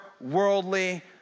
worldly